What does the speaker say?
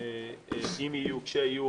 אם יהיו, כשיהיו.